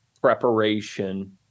preparation